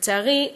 לצערי,